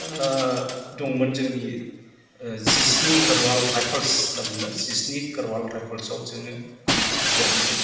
दंमोन जोंनि जिस्नि गोरवाल राइफोल्स होन्ना बुङो जिस्नि गोरवाल राइफोल्सआव जोङो आङो भर्ति जादोंमोन